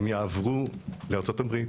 הן יעברו לארצות הברית.